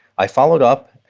i followed up.